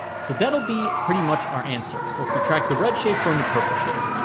so that'll be pretty much our answer we'll subtract the red shape from the purple shape